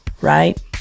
right